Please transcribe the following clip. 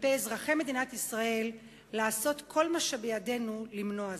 כלפי אזרחי מדינת ישראל לעשות כל שבידנו למנוע זאת.